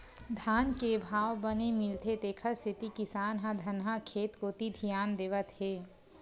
धान के भाव बने मिलथे तेखर सेती किसान ह धनहा खेत कोती धियान देवत हे